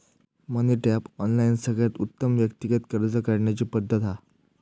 मनी Tap, online सगळ्यात उत्तम व्यक्तिगत कर्ज काढण्याची पद्धत हा